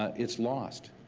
it's lost.